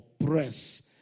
oppress